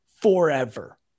forever